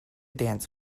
dance